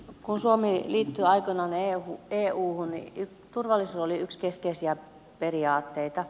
kun suomi liittyi aikoinaan euhun niin turvallisuus oli yksi keskeisiä periaatteita